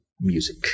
music